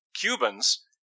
Cubans